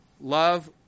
love